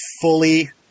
fully